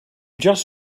just